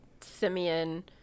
Simeon